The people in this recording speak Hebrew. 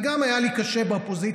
גם אני היה לי קשה באופוזיציה.